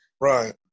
right